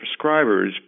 prescribers